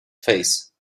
face